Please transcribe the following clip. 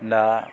दा